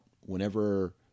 whenever